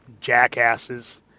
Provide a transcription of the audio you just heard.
jackasses